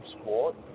sport